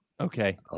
Okay